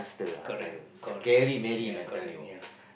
correct gone ya correct ya